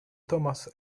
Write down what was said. thomas